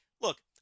look